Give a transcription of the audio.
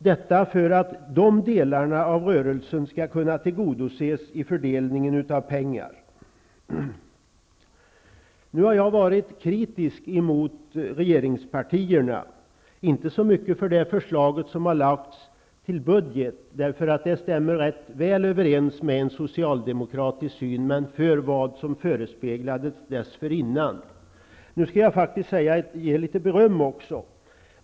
Detta är väsentligt för att de delarna av rörelsen skall kunna tillgodoses vid fördelningen av pengar. Nu har jag varit kritisk emot regeringspartierna, inte så mycket för det förslag till budget som har lagts fram, för det stämmer rätt väl överens med ett socialdemokratiskt synsätt, men på grund av det som förespeglades dessförinnan. Nu skall jag faktiskt ge litet beröm också.